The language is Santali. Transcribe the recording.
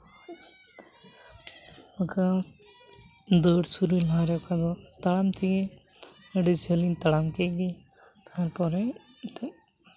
ᱚᱝᱠᱟ ᱫᱟᱹᱲ ᱥᱩᱨᱩᱭᱱᱟ ᱡᱚᱠᱷᱟᱱ ᱫᱚ ᱛᱟᱲᱟᱢ ᱛᱮᱜᱮ ᱟᱹᱰᱤ ᱡᱷᱟᱹᱞᱤᱧ ᱛᱟᱲᱟᱢ ᱠᱮᱫ ᱜᱮ ᱛᱟᱨᱯᱚᱨᱮ ᱮᱱᱛᱮᱫ